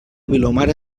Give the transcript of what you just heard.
vilomara